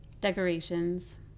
decorations